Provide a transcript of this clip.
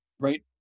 Right